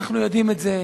אנחנו יודעים את זה,